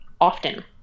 often